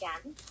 again